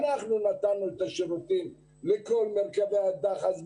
אנחנו נתנו את השירותים לכל מרכבי הדחס,